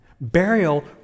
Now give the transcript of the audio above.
burial